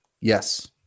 Yes